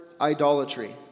idolatry